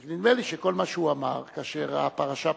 אבל נדמה לי שכל מה שהוא אמר, כאשר הפרשה פרצה,